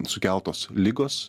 sukeltos ligos